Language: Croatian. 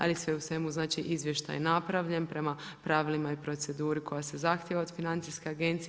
Ali, sve u svemu znači izvještaj je napravljen, prema pravilima i proceduri koja se zahtjeva od FINA-e.